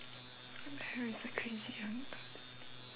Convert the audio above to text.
what the hell is a crazy coincidence